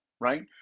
right